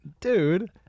dude